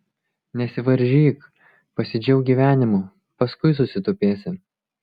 nesivaržyk pasidžiauk gyvenimu paskui susitupėsi